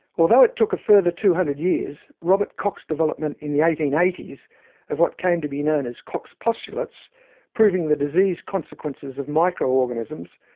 although it took a further two hundred years, robert koch's development in the eighteen eighty s of what came to be known as koch's postulates proving the disease consequences of micro-organisms,